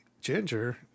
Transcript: ginger